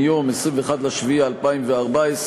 מיום 21 ביולי 2014,